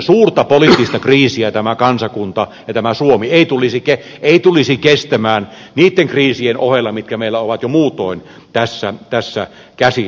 suurta poliittista kriisiä tämä kansakunta ja tämä suomi ei tulisi kestämään niitten kriisien ohella mitkä meillä ovat jo muutoin tässä käsillä